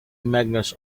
magnus